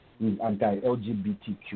anti-LGBTQ